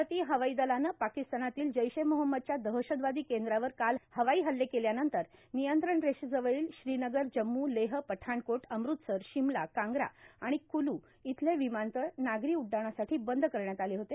भारतीय हवाई दलानं पाकिस्तानातील जैश ए मोहम्मदच्या दहशतवादी केंद्रावर काल हवाई हल्ले केल्यानंतर नियंत्रण रेषेजवळील श्रीनगर जम्मू लेह पठाणकोट अमृतसर शिमला कांगरा आणि कुलू इथले विमानतळ नागरी उइडाणासाठी बंद करण्यात आले होते